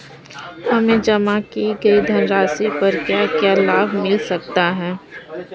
हमें जमा की गई धनराशि पर क्या क्या लाभ मिल सकता है?